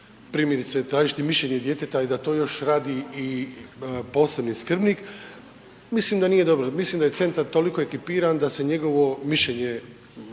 primjerice tražiti mišljenje djeteta i da to još radi i posebni skrbnik, mislim da nije dobro, mislim da je centar toliko ekipiran da se njegovo mišljenje